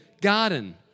garden